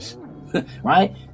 right